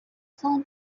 saw